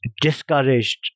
discouraged